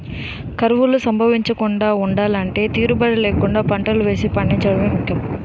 కరువులు సంభవించకుండా ఉండలంటే తీరుబడీ లేకుండా పంటలు వేసి పండించడమే ముఖ్యం